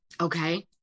okay